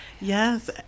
Yes